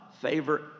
favor